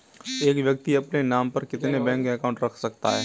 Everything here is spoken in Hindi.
एक व्यक्ति अपने नाम पर कितने बैंक अकाउंट रख सकता है?